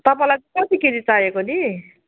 तपाईँलाई कति केजी चाहिएको नि